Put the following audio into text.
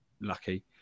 lucky